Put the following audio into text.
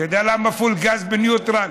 אתה יודע למה פול גז בניוטרל?